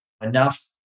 enough